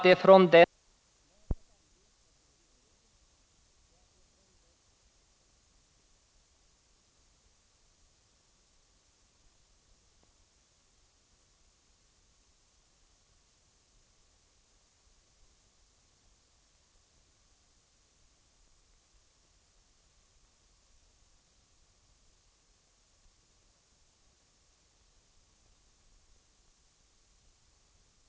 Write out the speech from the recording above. Det skapar klarhet, tydlighet och överskådlighet. Herr talman! Jag yrkar bifall till reservationen.